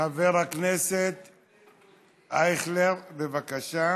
חבר הכנסת אייכלר, בבקשה.